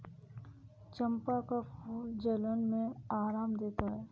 चंपा का फूल जलन में आराम देता है